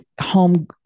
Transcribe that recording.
home